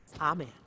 Amen